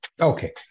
Okay